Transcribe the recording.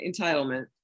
entitlement